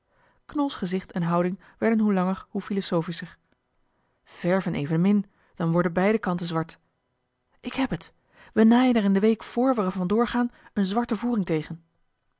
knols gezicht en houding werden hoe langer hoe philosophischer verven evenmin dan worden beide kanten zwart ik heb het we naaien er in de week vr we er van door gaan eene zwarte voering tegen